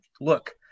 look